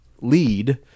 lead